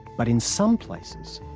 but in some places,